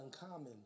uncommon